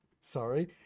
sorry